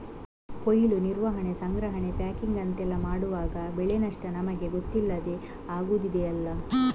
ಕೊಯ್ಲು, ನಿರ್ವಹಣೆ, ಸಂಗ್ರಹಣೆ, ಪ್ಯಾಕಿಂಗ್ ಅಂತೆಲ್ಲ ಮಾಡುವಾಗ ಬೆಳೆ ನಷ್ಟ ನಮಿಗೆ ಗೊತ್ತಿಲ್ಲದೇ ಆಗುದಿದೆಯಲ್ಲ